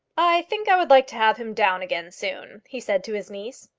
i think i would like to have him down again soon, he said to his niece.